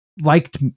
liked